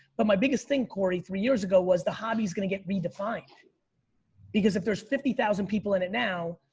but my biggest thing corey three years ago was the hobby is gonna get redefined redefined because if there's fifty thousand people in it now,